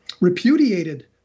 repudiated